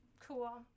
Cool